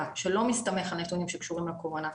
שלא מסתמך על נתונים שקשורים לקורונה,